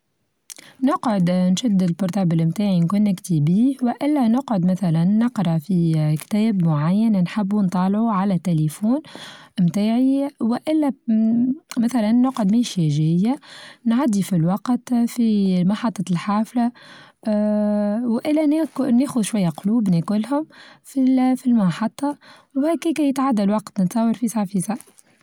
نقعد نشد البروتابل بتاعى نكونتكت بيه والا نقعد مثلا نقرأ في كتاب معين نحبوا نطالعوا على التليفون بتاعي وإلا مثلا نقعد ماشية چاية نعدي في الوقت في محطة الحافلة آآ وإلا ناك ناخد شوية قلوب ناكلهم في ال-في المحطة وهكاكا يتعدى الوقت نتصور فيسع فيسع.